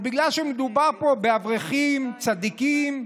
אז בגלל שמדובר פה באברכים צדיקים,